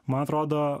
man atrodo